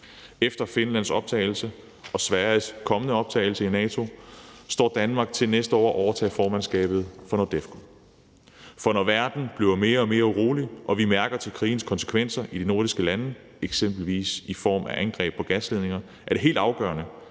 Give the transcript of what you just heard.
Efter Finlands optagelse og Sveriges kommende optagelse i NATO står Danmark til næste år at overtage formandskabet for NORDEFCO. For når verden bliver mere og mere urolig og vi mærker til krigens konsekvenser i de nordiske lande, eksempelvis i form af angreb på gasledninger, er det helt afgørende,